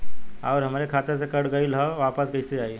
आऊर हमरे खाते से कट गैल ह वापस कैसे आई?